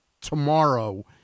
tomorrow